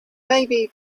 maybe